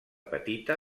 petita